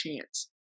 chance